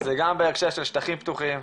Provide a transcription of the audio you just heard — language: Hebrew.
זה גם בהקשר של שטחים פתוחים,